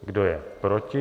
Kdo je proti?